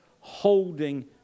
holding